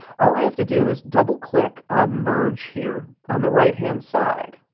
all i have to do is double click on merge here on the right-hand side.